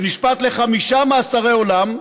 שנשפט לחמישה מאסרי עולם,